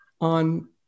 on